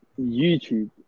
YouTube